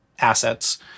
assets